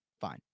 Fine